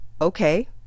okay